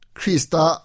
krista